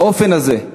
באופן הזה,